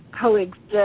coexist